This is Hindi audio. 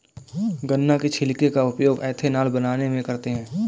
गन्ना के छिलके का उपयोग एथेनॉल बनाने में करते हैं